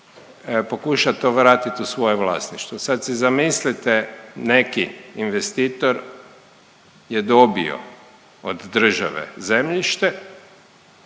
pokušat to vratit u svoje vlasništvo. Sad si zamislite neki investitor je dobio od države zemljište,